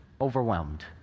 overwhelmed